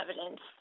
evidence